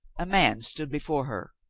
a man stood before her.